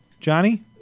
Johnny